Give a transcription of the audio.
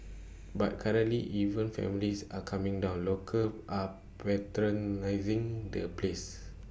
but currently even families are coming down locals are patronising the places